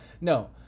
No